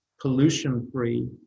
pollution-free